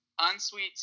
unsweet